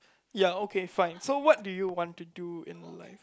ya okay fine so what do you want to do in lifr